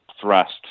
thrust